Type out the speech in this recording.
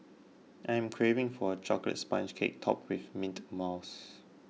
I am craving for a Chocolate Sponge Cake Topped with Mint Mousse